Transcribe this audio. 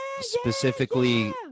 specifically